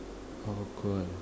awkward